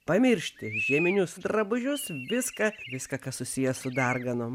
pamiršti žieminius drabužius viską viską kas susiję su darganom